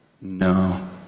No